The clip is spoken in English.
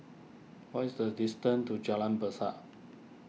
what is the distance to Jalan Besar